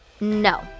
No